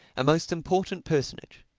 a most important personage.